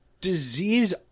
disease